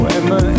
Emma